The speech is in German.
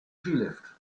skilift